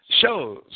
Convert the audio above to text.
shows